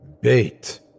Bait